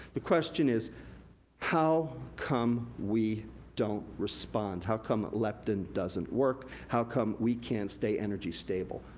the question is how come we don't respond? how come leptin doesn't work? how come we can't stay energy stable.